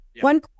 one